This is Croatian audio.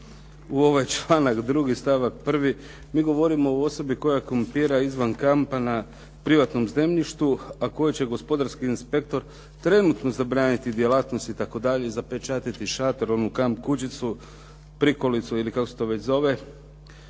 u ovaj članak 2., stavak 1., mi govorimo o osobi koja kampira izvan kampa na privatnom zemljištu a kojoj će gospodarski inspektor trenutno zabraniti djelatnost itd., zapečatiti šator, onu kamp kućicu, prikolicu ili kako se to već zove.